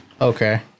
Okay